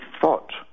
thought